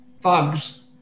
thugs